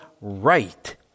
right